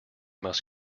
must